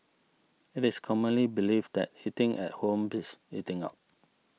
it is commonly believed that eating at home beats eating out